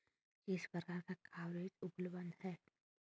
किस प्रकार का कवरेज उपलब्ध है?